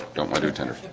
don't my do tender